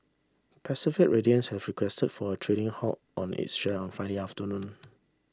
Pacific Radiance have requested for a trading halt on its share on Friday afternoon